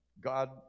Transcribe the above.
God